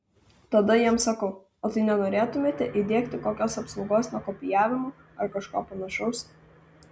tada jiems sakau o tai nenorėtumėte įdiegti kokios apsaugos nuo kopijavimo ar kažko panašaus